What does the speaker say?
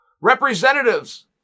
Representatives